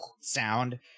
sound